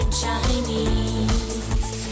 Chinese